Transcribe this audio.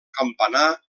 campanar